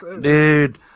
Dude